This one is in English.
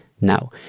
Now